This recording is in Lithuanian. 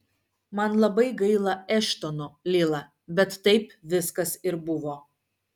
man labai gaila eštono lila bet taip viskas ir buvo